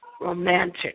romantic